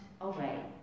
away